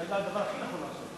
זה הדבר הכי טוב לעשות.